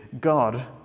God